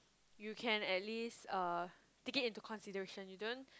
you can at least uh take it into consideration you don't